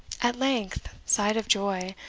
at length, sight of joy!